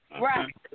Right